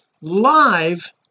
live